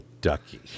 ducky